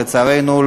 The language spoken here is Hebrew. לצערנו,